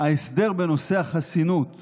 ההסדר בנושא החסינות שונה,